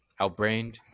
outbrained